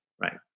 right